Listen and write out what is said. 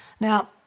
Now